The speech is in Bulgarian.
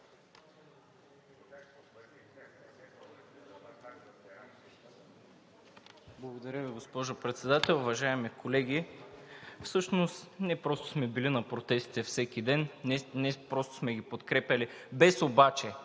Благодаря Ви, госпожо Председател. Уважаеми колеги, всъщност не просто сме били на протестите всеки ден, не просто сме ги подкрепяли, без обаче